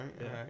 right